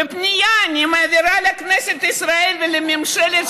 בפנייה שאני מעבירה לכנסת ישראל ולממשלה,